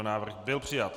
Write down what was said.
Návrh byl přijat.